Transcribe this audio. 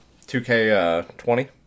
2K20